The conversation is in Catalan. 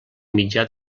mitjà